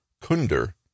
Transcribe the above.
Kunder